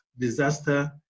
disaster